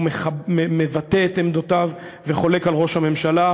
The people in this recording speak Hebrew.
מבטא את עמדותיו וחולק על ראש הממשלה,